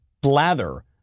blather